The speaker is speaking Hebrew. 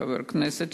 חבר הכנסת,